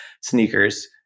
sneakers